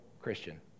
Christian